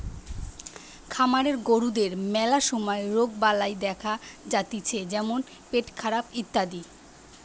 খামারের গরুদের ম্যালা সময় রোগবালাই দেখা যাতিছে যেমন পেটখারাপ ইত্যাদি